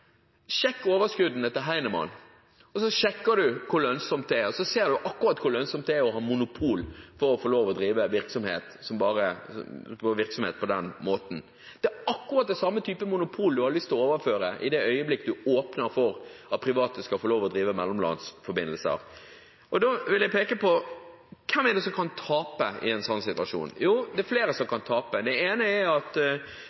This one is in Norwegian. hvor lønnsomt det er. Da ser man akkurat hvor lønnsomt det er å ha monopol og drive virksomhet på den måten. Det er akkurat den samme typen monopol man overfører i det øyeblikket man åpner for at private skal få drive mellomlandsforbindelser. Så vil jeg peke på: Hvem vil tape i en sånn situasjon? Jo, det er flere som